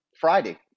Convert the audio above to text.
Friday